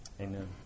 Amen